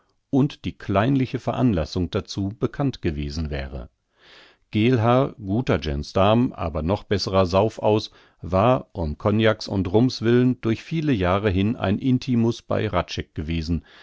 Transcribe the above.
und die kleinliche veranlassung dazu bekannt gewesen wäre geelhaar guter gensdarm aber noch besserer saufaus war um kognaks und rums willen durch viele jahre hin ein intimus bei hradscheck gewesen